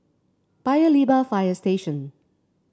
Paya Lebar Fire Station